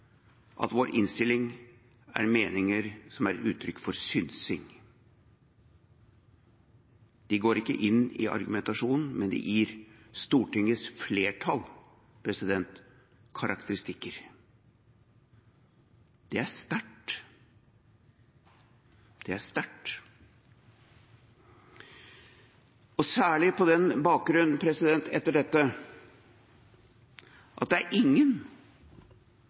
at vår innstilling er meninger som er uttrykk for synsing. De går ikke inn i argumentasjonen, men de gir Stortingets flertall karakteristikker. Det er sterkt. Det er sterkt, særlig på den bakgrunn, etter dette, at det er ingen